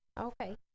Okay